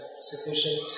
sufficient